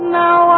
now